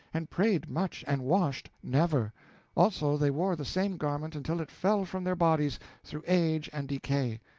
and prayed much, and washed never also they wore the same garment until it fell from their bodies through age and decay.